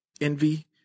envy